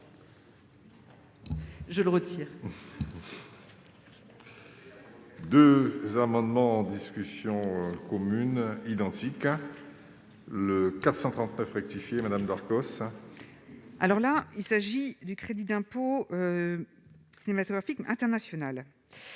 Je le retire. 2 amendements en discussion commune identique le 439 rectifié Madame Darcos. Alors là, il s'agit du crédit d'impôt cinématographique internationale